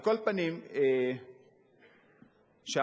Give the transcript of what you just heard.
זה